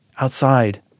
outside